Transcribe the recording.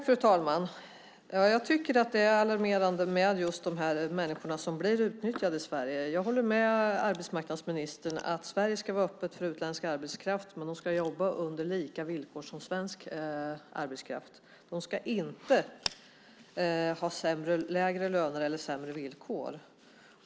Fru talman! Det är alarmerande med dessa människor som blir utnyttjade i Sverige. Jag håller med arbetsmarknadsministern om att Sverige ska vara öppet för utländsk arbetskraft, men de ska jobba under samma villkor som svensk arbetskraft. De ska inte ha lägre löner eller sämre villkor.